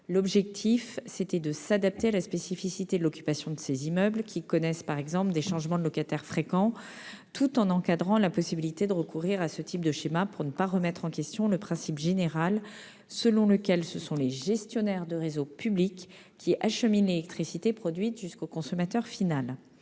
L'objectif était de s'adapter à la spécificité de l'occupation de ces immeubles, qui connaissent, par exemple, des changements de locataires fréquents, tout en encadrant la possibilité de recourir à ce type de schéma pour ne pas remettre en question le principe général selon lequel ce sont les gestionnaires de réseau public qui acheminent l'électricité produite jusqu'au consommateur final.